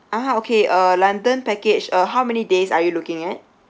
ah okay uh london package uh how many days are you looking at